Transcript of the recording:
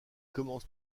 commence